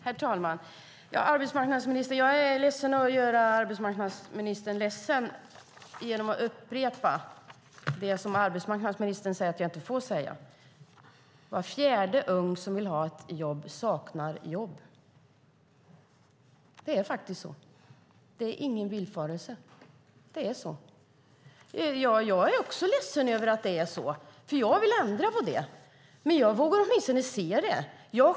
Herr talman! Jag är ledsen över att göra arbetsmarknadsministern ledsen genom att upprepa det hon säger att jag inte får säga, nämligen att var fjärde ung som vill ha ett jobb saknar jobb. Det är faktiskt så. Det är ingen villfarelse. Det är så. Jag är också ledsen över att det är så, därför att jag vill ändra på det. Men jag vågar åtminstone se det.